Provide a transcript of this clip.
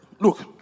Look